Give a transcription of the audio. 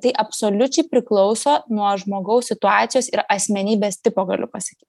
tai absoliučiai priklauso nuo žmogaus situacijos ir asmenybės tipo galiu pasakyt